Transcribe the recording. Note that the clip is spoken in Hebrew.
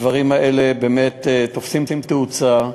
והדברים האלה באמת תופסים תאוצה.